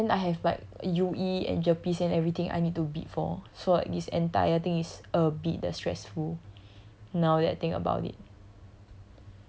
so I don't know lah like and then I have like U_E and GERPE and everything I need to bid for so like this entire thing is a bit the stressful now that I think about it